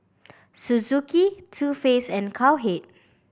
Suzuki Too Faced and Cowhead